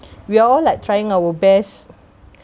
we all like trying our best